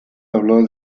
habló